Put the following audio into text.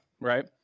right